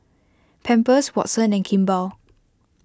Pampers Watsons and Kimball